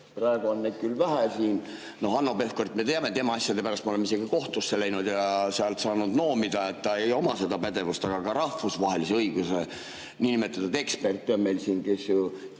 Praegu on neid siin küll vähe, no Hanno Pevkurit me teame, tema asjade pärast me oleme isegi kohtusse läinud ja sealt noomida saanud, ta ei oma seda pädevust. Aga ka rahvusvahelise õiguse niinimetatud eksperte on meil siin, kes ju